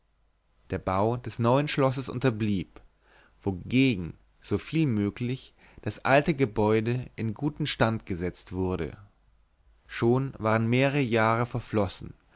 der bau des neuen schlosses unterblieb wogegen so viel möglich das alte gebäude in guten stand gesetzt wurde schon waren mehrere jahre verflossen